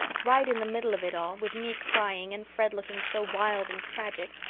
right in the middle of it all, with me crying and fred looking so wild and tragic,